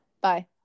bye